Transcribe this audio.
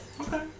Okay